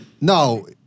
No